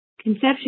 conception